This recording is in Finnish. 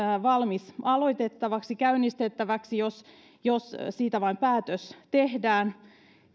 valmis aloitettavaksi käynnistettäväksi jos jos siitä vain päätös tehdään